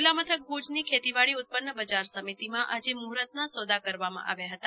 જીલ્લા મથક ભૂજ ની ખેતીવાડી ઉત્પન્ન બજાર સમિતિમાં આજે મુહૂર્તના સોદા કરવામાં આવ્યા હતા